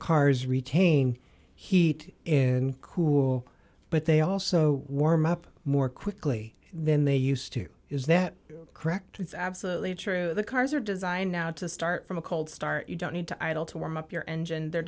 cars retain heat in cool but they also warm up more quickly than they used to is that correct it's absolutely true the cars are designed now to start from a cold start you don't need to idle to warm up your engine they're